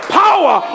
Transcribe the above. power